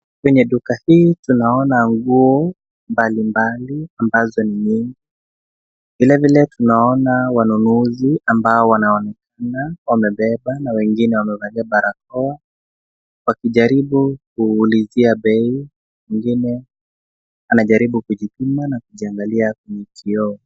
Kwenye duka hii tunaona nguo mbalimbali ambazo ni nyingi. Vilevile tunaona wanunuzi ambao wanaonekana wamebeba na wengine wamevalia barakoa wakijaribu kuulizia bei, wengine wanajaribu kujipima na kujiangalia kwenye kioo.